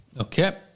okay